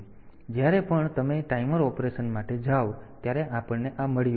તેથી જ્યારે પણ તમે ટાઈમર ઓપરેશન માટે જાવ ત્યારે આપણને આ મળ્યું છે